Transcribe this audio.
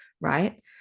right